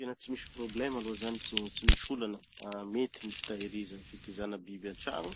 Tena tsy misy problema aloha zany, tsy mi- tsy misy olana. Mety gny fitahiriza fitezàna biby antragno,